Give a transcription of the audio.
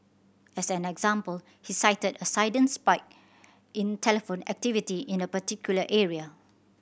as an example he cited a sudden spike in telephone activity in a particular area